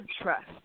trust